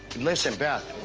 listen, beth.